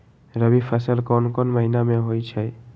रबी फसल कोंन कोंन महिना में होइ छइ?